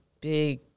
big